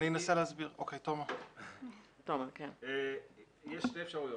יש שתי אפשרויות,